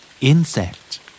Insect